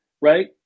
right